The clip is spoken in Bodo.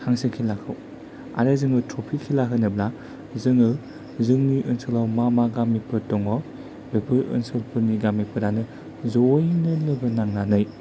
हांसो खेलाखौ आरो जोङो थ्रफि खेला होनोब्ला जोङो जोंनि ओनसोलाव मा मा गामिफोर दङ बेफोर ओनसोलफोरनि गामिफोरानो जयैनो लोगो नांनानै